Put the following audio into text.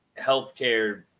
healthcare